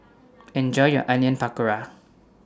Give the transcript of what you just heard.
Enjoy your Onion Pakora